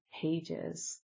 pages